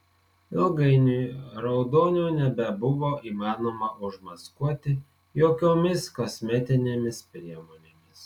ilgainiui raudonio nebebuvo įmanoma užmaskuoti jokiomis kosmetinėmis priemonėmis